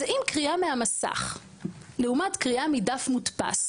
אם קריאה מהמסך לעומת קריאה מדף מודפס